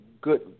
good